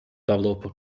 developer